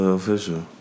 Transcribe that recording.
official